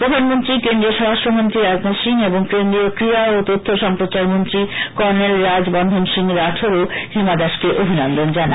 প্রধানমন্ত্রী কেন্দ্রীয় স্বরাষ্ট্রমন্ত্রী রাজনাথ সিং এবং কেন্দ্রীয় ক্রীড়া ও তথ্য সম্প্রসারণ মন্ত্রী কর্নেল রাজ্যবর্ধন সিং রাঠোরও হিমা দাসকে অভিনন্দন জানান